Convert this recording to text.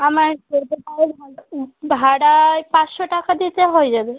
আমার যেতে প্রায় ভাড়ায় পাঁচশো টাকা দিতে হয়ে যাবে